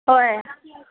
हय